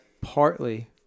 partly